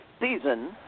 season